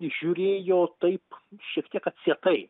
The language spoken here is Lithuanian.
žiūrėjo taip šiek tiek atsietai